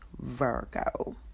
Virgo